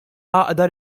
għaqda